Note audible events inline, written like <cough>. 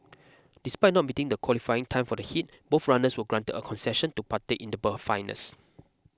despite not meeting the qualifying time for the heat both runners were granted a concession to partake in the <unintelligible> finals